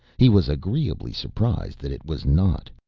he was agreeably surprised that it was not.